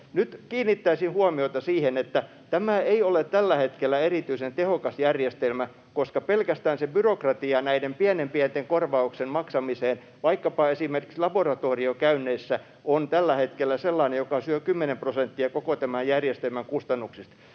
Nyt kiinnittäisin huomiota siihen, että tämä ei ole tällä hetkellä erityisen tehokas järjestelmä, koska pelkästään se byrokratia näiden pienen pienten korvauksien maksamiseen, vaikkapa esimerkiksi laboratoriokäynneissä, on tällä hetkellä sellainen, että se syö 10 prosenttia koko tämän järjestelmän kustannuksista.